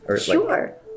Sure